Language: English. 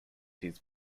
his